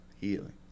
healing